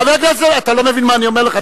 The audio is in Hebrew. חבר הכנסת, אתה לא מבין מה אני אומר לך?